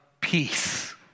peace